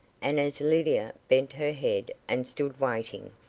and as lydia bent her head and stood waiting,